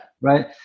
Right